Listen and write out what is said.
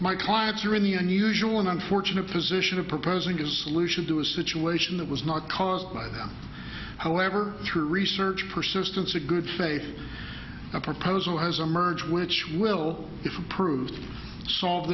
my clients are in the unusual and unfortunate position of proposing is solution to a situation that was not caused by them however through research persistence a good faith a proposal has emerged which will if approved solve